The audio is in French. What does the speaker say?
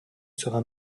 sera